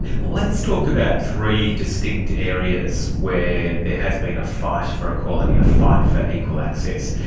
let's talk about three distinct areas where there has been a fight for equality, a fight for equal access.